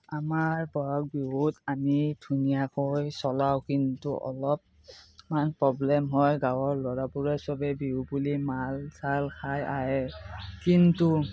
আমাৰ ব'হাগ বিহুত আমি ধুনীয়াকৈ চলাওঁ কিন্তু অলপ মান প্ৰব্লেম হয় গাঁৱৰ ল'ৰাবোৰে চবে বিহু বুলি মাল চাল খাই আহে কিন্তু